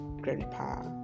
grandpa